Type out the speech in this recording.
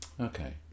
Okay